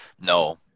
no